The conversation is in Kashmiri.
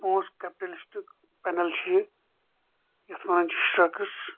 پانٛژھ کیپٹلسٹِک پینل چھ یہِ یتھ ونان چھِ شارکس